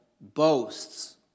boasts